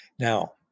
Now